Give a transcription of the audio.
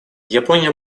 япония